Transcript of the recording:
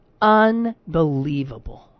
Unbelievable